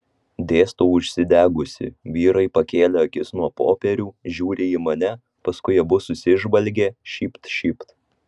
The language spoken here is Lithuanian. dėstau užsidegusi vyrai pakėlė akis nuo popierių žiūri į mane paskui abu susižvalgė šypt šypt